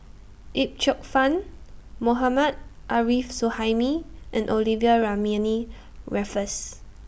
Yip Cheong Fun Mohammad Arif Suhaimi and Olivia Mariamne Raffles